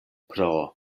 pro